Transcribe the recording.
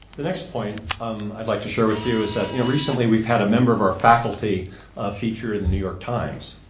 the next point um i'd like to share with you is that you know recently we've had a member of our faculty featured in the new york times,